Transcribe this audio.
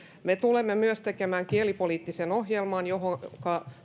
me tulemme myös tekemään kielipoliittisen ohjelman johon